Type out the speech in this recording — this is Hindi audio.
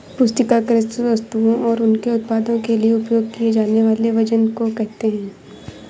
पुस्तिका कृषि वस्तुओं और उनके उत्पादों के लिए उपयोग किए जानेवाले वजन को कहेते है